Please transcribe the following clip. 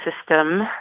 system